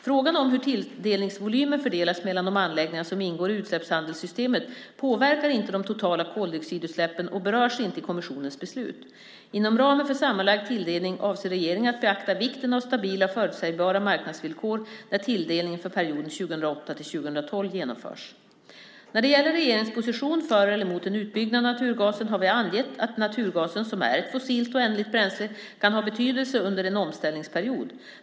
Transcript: Frågan om hur tilldelningsvolymen fördelas mellan de anläggningar som ingår i utsläppshandelssystemet påverkar inte de totala koldioxidutsläppen och berörs inte i kommissionens beslut. Inom ramen för sammanlagd tilldelning avser regeringen att beakta vikten av stabila och förutsägbara marknadsvillkor när tilldelningen för perioden 2008-2012 genomförs. När det gäller regeringens position för eller emot en utbyggnad av naturgasen har vi angett att naturgasen, som är ett fossilt och ändligt bränsle, kan ha betydelse under en omställningsperiod.